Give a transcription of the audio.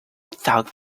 thought